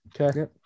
Okay